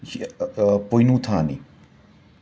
ꯄꯣꯏꯅꯨ ꯊꯥꯅꯤ